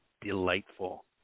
delightful